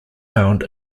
found